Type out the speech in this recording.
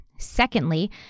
Secondly